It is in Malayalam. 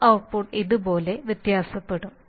u ഔട്ട്പുട്ട് ഇതുപോലെ വ്യത്യാസപ്പെടും